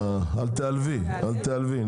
אל תיעלבי, אל תיעלבי.